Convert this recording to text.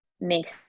makes